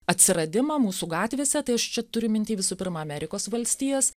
atsiradimą mūsų gatvėse tai aš čia turiu minty visų pirma amerikos valstijas